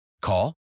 Call